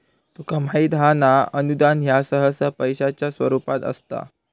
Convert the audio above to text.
तुका माहित हां ना, अनुदान ह्या सहसा पैशाच्या स्वरूपात असता